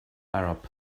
arab